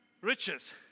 riches